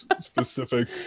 specific